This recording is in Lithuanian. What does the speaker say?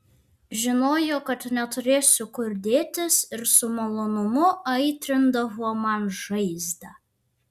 žinojo kad neturėsiu kur dėtis ir su malonumu aitrindavo man žaizdą